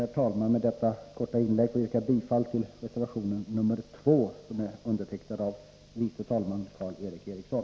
Jag ber att med detta korta inlägg få yrka bifall till reservation 2, undertecknad av tredje vice talman Karl Erik Eriksson.